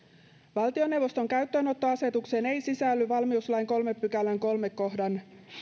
valtioneuvoston käyttöönottoasetukseen ei sisälly valmiuslain kolmannen pykälän kolmannen kohdan